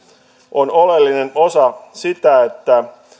on oleellinen osa sitä että